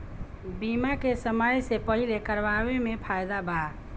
बीमा के समय से पहिले करावे मे फायदा बा